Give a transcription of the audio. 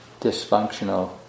dysfunctional